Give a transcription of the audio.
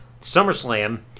SummerSlam